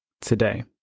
today